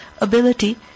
ability